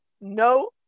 no